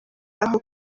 aho